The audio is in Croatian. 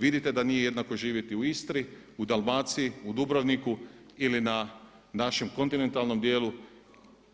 Vidite da nije jednako živjeti u Istri, u Dalmaciji, u Dubrovniku ili na našem kontinentalnom dijelu